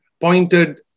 pointed